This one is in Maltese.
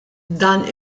dan